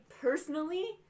personally